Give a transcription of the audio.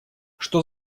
что